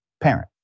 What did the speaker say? Parent